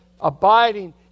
abiding